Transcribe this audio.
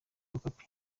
okapi